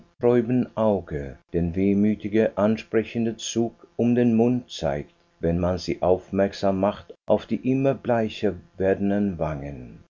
trüben auge den wehmütig ansprechenden zug um den mund zeigt wenn man sie aufmerksam macht auf die immer bleicher werdenden wangen